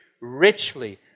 richly